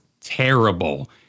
terrible